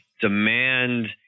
demand